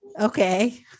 okay